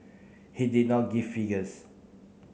he did not give figures